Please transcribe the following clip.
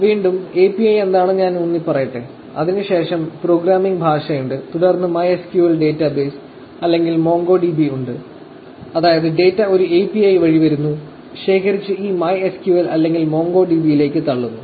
അതിനാൽ വീണ്ടും API എന്താണെന്ന് ഞാൻ ഊന്നിപ്പറയട്ടെ അതിനു ശേഷം പ്രോഗ്രാമിംഗ് ഭാഷയുണ്ട് തുടർന്ന് MySQL ഡാറ്റാബേസ് അല്ലെങ്കിൽ MongoDB ഉണ്ട് അതായത് ഡാറ്റ ഒരു API വഴി വരുന്നു ശേഖരിച്ച് ഈ MySQL അല്ലെങ്കിൽ MongoDB യിലേക്ക് തള്ളുന്നു